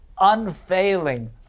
unfailing